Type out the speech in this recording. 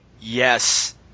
yes